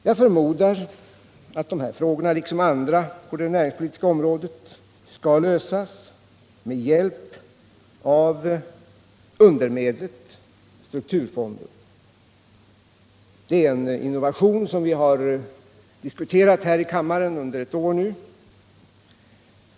Jag förmodar att dessa frågor liksom andra på det näringspolitiska området skall lösas med hjälp av undermedlet strukturfonden. Det är en innovation som vi nu har diskuterat här i kammaren under ett år.